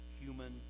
human